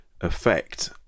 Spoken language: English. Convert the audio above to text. effect